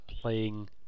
playing